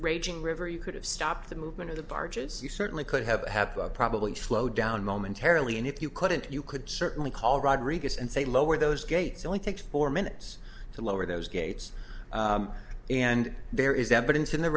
raging river you could have stopped the movement of the barges you certainly could have have probably slowed down momentarily and if you couldn't you could certainly call rodriguez and say lower those gates only take four minutes to lower those gates and there is evidence in the